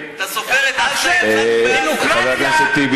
גליק: אם יהיו שני מועמדים, ביבי וטיבי,